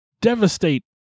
devastate